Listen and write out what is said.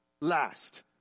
last